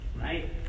right